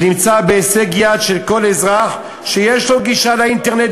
ונמצאת בהישג יד של כל אזרח שיש לו גישה לאינטרנט,